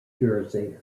jersey